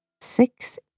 six